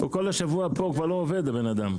הוא כל השבוע פה הוא כבר לא עובד הבן אדם.